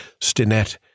Stinnett